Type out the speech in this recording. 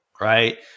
Right